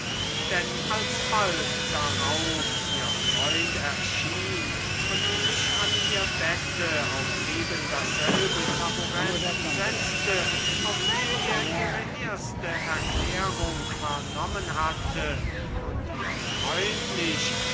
denn als bald darauf ihr freund erschien und sich an ihr bette auf ebendasselbe taburett setzte auf dem er ihre erste erklärung vernommen hatte und ihr freundlich